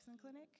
clinic